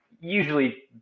usually